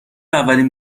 اولین